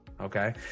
okay